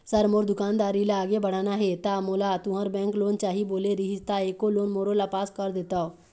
Sir मोर दुकानदारी ला आगे बढ़ाना हे ता मोला तुंहर बैंक लोन चाही बोले रीहिस ता एको लोन मोरोला पास कर देतव?